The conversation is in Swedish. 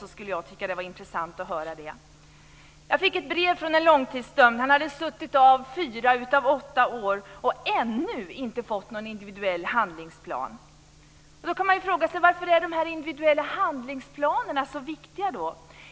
Det tycker jag skulle vara intressant att höra. Jag fick ett brev från en långtidsdömd. Han hade suttit av fyra av åtta år och ännu inte fått någon individuell handlingsplan. Varför är dessa individuella handlingsplaner så viktiga?